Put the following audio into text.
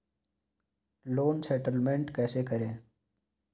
Loan settlement कैसे करें?